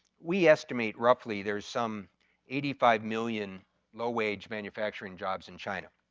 we estimate roughly there're some eighty five million low wage manufacturing jobs in china.